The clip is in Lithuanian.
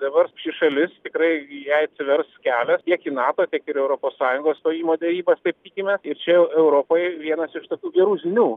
tai dabar ši šalis tikrai jai atsivers tiek į nato tiek ir europos sąjungos stojimo derybas sakykime ir čia europoje vienas iš tokių gerų žinių